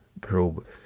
probe